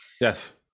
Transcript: Yes